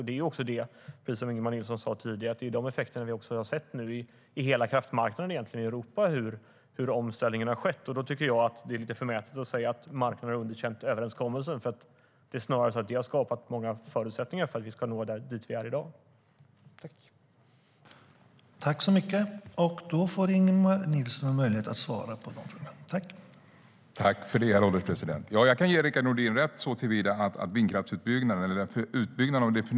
Det är, precis som Ingemar Nilsson sa tidigare, de effekterna vi har sett på hela kraftmarknaden i Europa, hur omställningen har skett. Då tycker jag att det är lite förmätet att säga att marknaden har underkänt överenskommelsen. Det är snarare så att vi har skapat många förutsättningar för att vi ska nå fram till där vi är i dag.